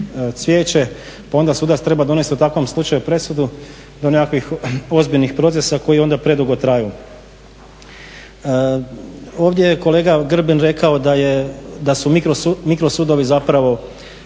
cvijeće pa onda sudac treba donesti u takvom slučaju presudu do nekakvih ozbiljnih procesa koji onda predugo traju. Ovdje je kolega Grbin rekao da su mikro sudovi zapravo